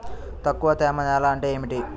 తక్కువ తేమ నేల అంటే ఏమిటి?